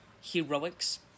heroics